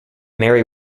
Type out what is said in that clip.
mary